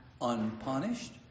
unpunished